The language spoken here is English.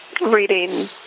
reading